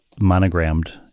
monogrammed